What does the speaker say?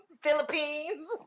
Philippines